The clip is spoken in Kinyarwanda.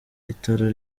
itara